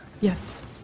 Yes